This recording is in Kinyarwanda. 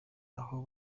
aho